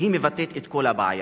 שמבטאת את כל הבעיה: